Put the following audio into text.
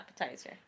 appetizer